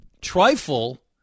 trifle